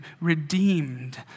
redeemed